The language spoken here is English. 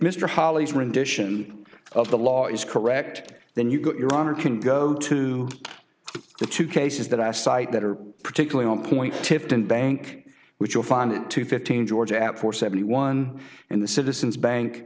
mr holly's rendition of the law is correct then you've got your honor can go to the two cases that i cite that are particularly on point tifton bank which will find it to fifteen george at four seventy one in the citizens bank